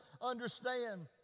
understand